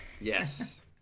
Yes